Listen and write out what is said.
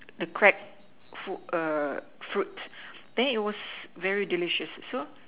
the cracked food err fruit then it was very delicious so